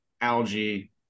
algae